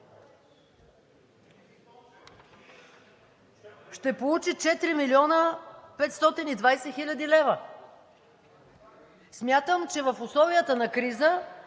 ще получи 4 млн. 520 хил. лв. Смятам, че в условията на криза